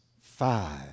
Five